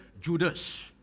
Judas